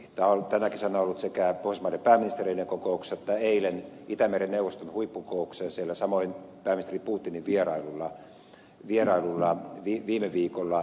tämä on ollut esillä tänä kesänä sekä pohjoismaiden pääministereiden kokouksessa että eilen itämeren neuvoston huippukokouksessa samoin pääministeri putinin vierailulla viime viikolla